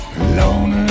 alone